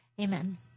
Amen